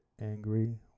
angry